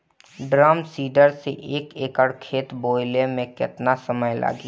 Drum seeder से एक एकड़ खेत बोयले मै कितना समय लागी?